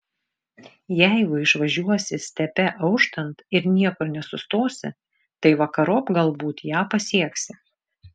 jeigu išvažiuosi stepe auštant ir niekur nesustosi tai vakarop galbūt ją pasieksi